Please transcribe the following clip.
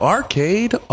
Arcade